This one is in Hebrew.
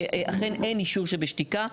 שאכן אין אישור שבשתיקה.